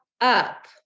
up